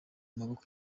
maboko